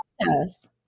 process